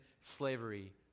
slavery